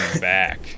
back